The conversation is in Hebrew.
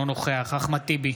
אינו נוכח אחמד טיבי,